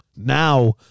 Now